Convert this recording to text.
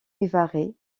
vivarais